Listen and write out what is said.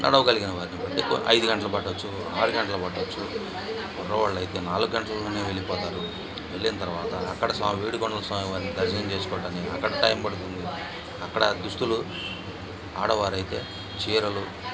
నడవగలిగిన వారిని బట్టి ఐదు గంటలు పట్టవచ్చు ఆరు గంటలు పట్టవచ్చు కుర్ర వాళ్ళు అయితే నాలుగు గంటలలో వెళ్ళిపోతారు వెళ్ళిన తరువాత అక్కడ స్వామి ఏడుకొండల స్వామి వారిని దర్శనం చేసుకోవటానికి అక్కడ టైం పడుతుంది అక్కడ దుస్తులు ఆడవారైతే చీరలు